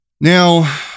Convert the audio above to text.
Now